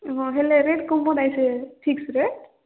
ହଁ ହେଲେ ରେଟ୍ କମୁନାହିଁ ସେ ଫିକ୍ସ ରେଟ୍